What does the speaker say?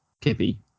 Kippy